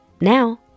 Now